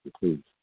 please